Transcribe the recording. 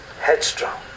headstrong